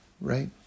Right